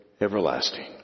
everlasting